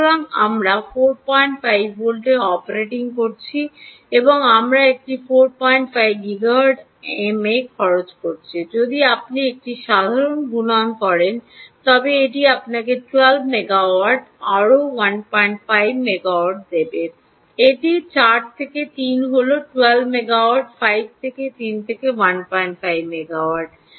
সুতরাং আমরা 45 ভোল্টে অপারেটিং করছি এবং আমরা একটি 45 গিগাবাইট এমএ খরচ করছি যদি আপনি একটি সাধারণ গুণন করেন তবে এটি আপনাকে 12 মেগাওয়াট আরও 15 মেগাওয়াট দেবে এটি 4 থেকে 3 হল 12 মেগাওয়াট 5 থেকে 3 থেকে 15 মেগাওয়াট